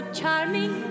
charming